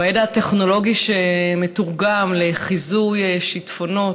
ולידע הטכנולוגי שמתורגם לחיזוי שיטפונות,